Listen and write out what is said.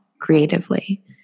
creatively